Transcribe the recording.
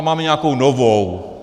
Máme nějakou novou.